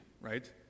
right